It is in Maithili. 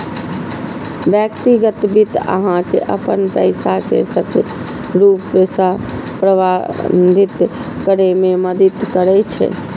व्यक्तिगत वित्त अहां के अपन पैसा कें सक्रिय रूप सं प्रबंधित करै मे मदति करै छै